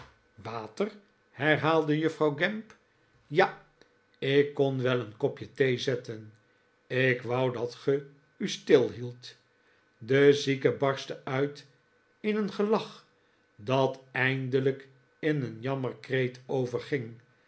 water herhaalde juffrouw gamp ja ik kon wel een kopje thee zetten ik wou dat ge u stilhieldt de zieke barstte uit in een gelach dat eindelijk in een jammerkreet